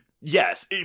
yes